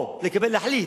או להחליט,